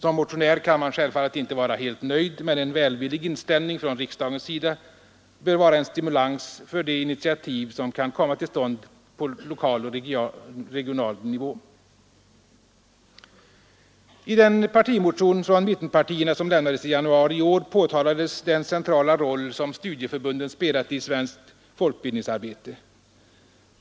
Som motionär kan man självfallet inte vara helt nöjd, men en välvillig inställning från riksdagens sida bör vara en stimulans för de initiativ som kan komma till stånd på lokal och regional nivå. I den partimotion från mittenpartierna som lämnades i januari i år påpekades den centrala roll som studieförbunden spelat i svenskt folkbildningsarbete.